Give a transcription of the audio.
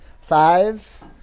Five